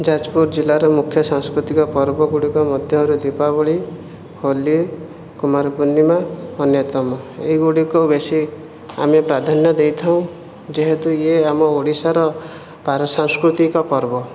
ଯାଜପୁର ଜିଲ୍ଲାର ମୁଖ୍ୟ ସାଂସ୍କୃତିକ ପର୍ବଗୁଡ଼ିକ ମଧ୍ୟରେ ଦୀପାବଳି ହୋଲି କୁମାରପୂର୍ଣ୍ଣିମା ଅନ୍ୟତମ ଏହିଗୁଡ଼ିକ ବେଶି ଆମେ ପ୍ରାଧାନ୍ୟ ଦେଇଥାଉ ଯେହେତୁ ଇଏ ଆମ ଓଡ଼ିଶାର ସାଂସ୍କୃତିକ ପର୍ବ